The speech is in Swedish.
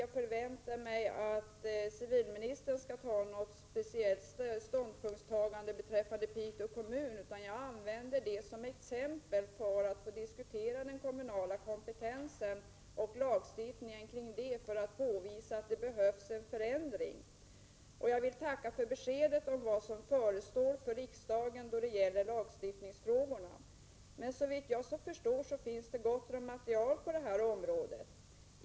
Jag väntar mig inte att civilministern skall göra något speciellt ståndpunktstagande beträffande Piteå kommun — jag använder Piteå kommun som exempel för att få diskutera den kommunala kompetensen och lagstiftningen kring den och påvisa att det behövs en förändring. Jag vill tacka för beskeden om vad som förestår för riksdagen då det gäller lagstiftningsfrågorna. Men såvitt jag förstår finns det gott om material på det här området.